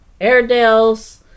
airedales